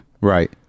right